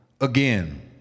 again